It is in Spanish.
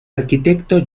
arquitecto